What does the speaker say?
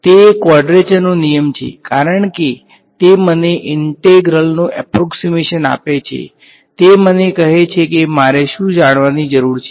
તે એક ક્વોડ્રેચરનો નિયમ છે કારણ કે તે મને ઈંટેગ્રલનો એપ્રોક્ષીમેશન આપે છે તે મને કહે છે કે મારે શું જાણવાની જરૂર છે